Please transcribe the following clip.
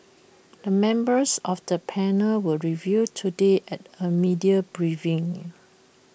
the members of the panel were revealed today at A media briefing